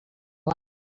line